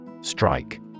Strike